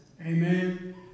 Amen